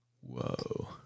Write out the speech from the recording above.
Whoa